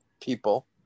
people